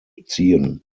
beziehen